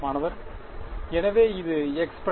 மாணவர் எனவே இது எனது x '